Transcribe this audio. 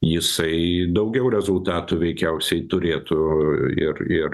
jisai daugiau rezultatų veikiausiai turėtų ir ir